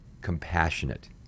compassionate